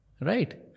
Right